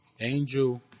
Angel